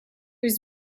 was